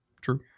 true